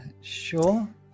sure